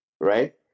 Right